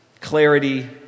clarity